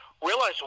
Realize